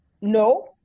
No